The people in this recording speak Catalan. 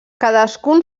cadascun